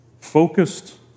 focused